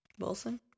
Bolson